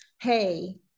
hey